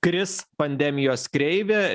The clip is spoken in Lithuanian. kris pandemijos kreivė